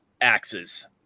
axes